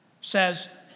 says